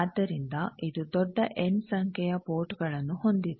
ಆದ್ದರಿಂದ ಇದು ದೊಡ್ಡ ಎನ್ ಸಂಖ್ಯೆಯ ಪೋರ್ಟ್ಗಳನ್ನು ಹೊಂದಿದೆ